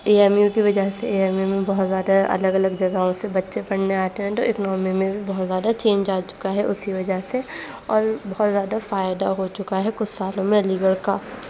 یہ A M U کی وجہ سے اے ایم یو میں بہت زیادہ الگ الگ جگہوں سے بچے پڑھنے آتے ہیں تو اکنامی میں بھی بہت زیادہ چینج آ چکا ہے اسی وجہ سے اور بہت زیادہ فائدہ ہو چکا ہے کچھ سالوں میں علی گڑھ کا